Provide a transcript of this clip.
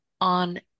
on